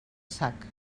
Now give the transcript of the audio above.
sac